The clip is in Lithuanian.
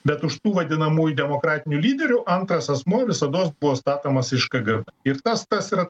bet už tų vadinamųjų demokratinių lyderių antras asmuo visados buvo statomas iš kg ir tas tas yra